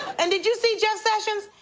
and did you see jeff sessions?